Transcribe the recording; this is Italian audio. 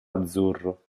azzurro